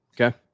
Okay